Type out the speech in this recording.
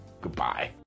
Goodbye